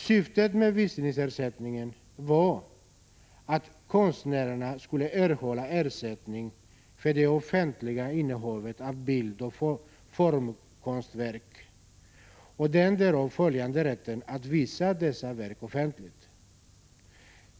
Syftet med visningsersättningen var att konstnärerna skulle erhålla ersättning för det offentliga innehavet av bildoch formkonstverk och den därav följande rätten att visa dessa verk offentligt.